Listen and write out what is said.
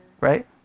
Right